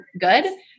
good